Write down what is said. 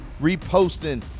reposting